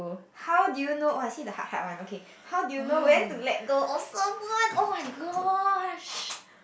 how do you know oh you see the heart heart one okay how do you know when to let go of someone oh-my-gosh